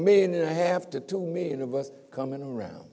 million and a half to two million of us coming around